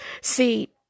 See